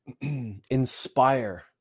inspire